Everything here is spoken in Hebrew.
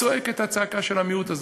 צועק את הצעקה של המיעוט הזה.